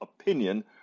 opinion